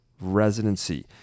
residency